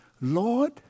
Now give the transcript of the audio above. Lord